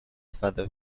فدا